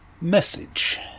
Message